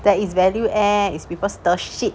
there is value add is people stir shit